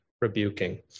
rebuking